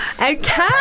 Okay